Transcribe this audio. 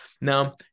Now